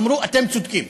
אמרו: אתם צודקים.